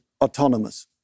autonomous